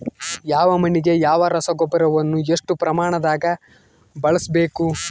ಯಾವ ಮಣ್ಣಿಗೆ ಯಾವ ರಸಗೊಬ್ಬರವನ್ನು ಎಷ್ಟು ಪ್ರಮಾಣದಾಗ ಬಳಸ್ಬೇಕು?